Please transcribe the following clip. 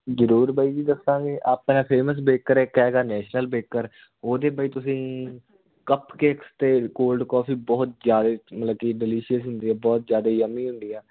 ਜ਼ਰੂਰ ਬਾਈ ਜੀ ਦੱਸਾਂਗੇ ਆਪਣਾ ਫੇਮਸ ਬੇਕਰ ਇੱਕ ਹੈਗਾ ਨੇਸ਼ਨਲ ਬੇਕਰ ਉਹਦੇ ਬਾਈ ਤੁਸੀਂ ਕੱਪ ਕੇਕਸ ਅਤੇ ਕੋਲਡ ਕੋਫੀ ਬਹੁਤ ਜ਼ਿਆਦਾ ਮਤਲਬ ਕਿ ਡਿਲੀਸ਼ੀਅਸ ਹੁੰਦੀ ਹੈ ਬਹੁਤ ਜ਼ਿਆਦਾ ਯੰਮੀ ਹੁੰਦੀ ਆ